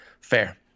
Fair